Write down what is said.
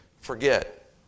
forget